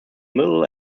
middle